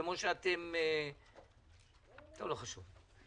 כמו שאתם, לא, לא חשוב.